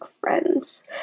friends